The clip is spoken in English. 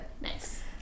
Nice